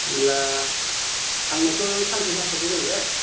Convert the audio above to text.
होमब्ला आंनोथ' सानसे नांखागौ जाहैबाय